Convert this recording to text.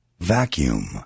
vacuum